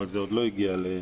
אבל זה עוד לא הגיע לתקנות.